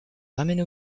ramène